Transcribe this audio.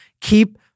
keep